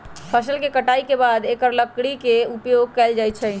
फ़सल के कटाई के बाद एकर लकड़ी के उपयोग कैल जाइ छइ